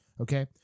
okay